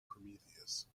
prometheus